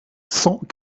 cent